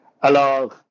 Alors